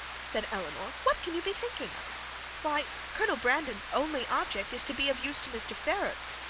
said elinor, what can you be thinking of why, colonel brandon's only object is to be of use to mr. ferrars.